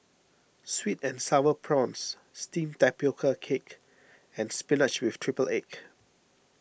Sweet and Sour Prawns Steamed Tapioca Cake and Spinach with Triple Egg